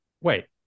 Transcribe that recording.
wait